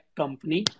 company